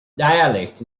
dialect